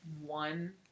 one